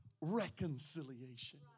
reconciliation